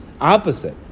Opposite